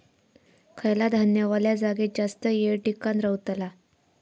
खयला धान्य वल्या जागेत जास्त येळ टिकान रवतला?